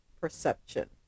perception